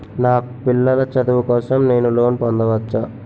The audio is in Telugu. నా పిల్లల చదువు కోసం నేను లోన్ పొందవచ్చా?